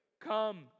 Come